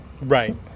Right